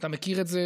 אתה מכיר את זה